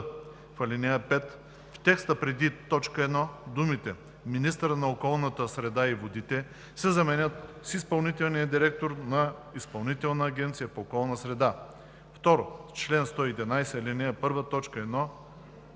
в ал. 4, т. 2 думите „министъра на околната среда и водите“ се заменят с „изпълнителния директор на Изпълнителната агенция по околна среда“;